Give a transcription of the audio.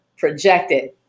projected